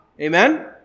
Amen